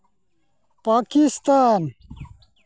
Pakistan